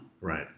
Right